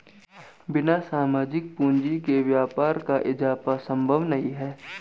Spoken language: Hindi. बिना सामाजिक पूंजी के व्यापार का इजाफा संभव नहीं है